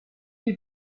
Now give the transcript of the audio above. you